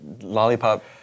Lollipop